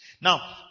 Now